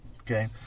okay